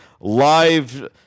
live